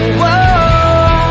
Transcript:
whoa